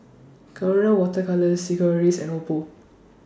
Colora Water Colours Sigvaris and Oppo